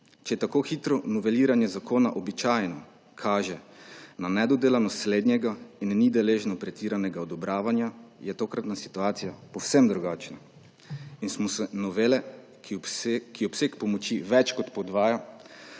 Če tako hitro noveliranje zakona običajno kaže na nedodelanost slednjega in ni deležno pretiranega odobravanja, je tokratna situacija povsem drugačna, in smo se novele, ki obseg pomoči več kot podvaja,